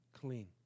clean